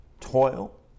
toil